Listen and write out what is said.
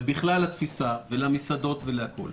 ובכלל לתפיסה, למסעדות ולכול.